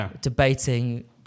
debating